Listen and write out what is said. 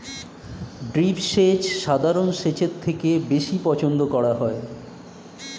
drip সেচ সাধারণ সেচের থেকে বেশি পছন্দ করা হয়